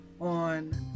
on